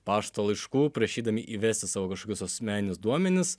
pašto laiškų prašydami įvesti savo kažkokius asmeninius duomenis